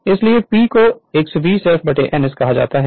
इसलिए P को P 120 f ns कहा जाता है